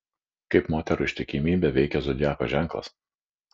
kaip moterų ištikimybę veikia zodiako ženklas